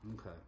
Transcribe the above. Okay